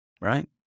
right